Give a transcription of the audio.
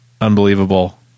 unbelievable